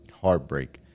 Heartbreak